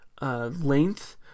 length